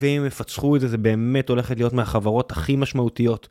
ואם יפצחו את זה, זה באמת הולכת להיות מהחברות הכי משמעותיות